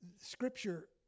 Scripture